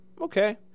okay